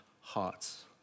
hearts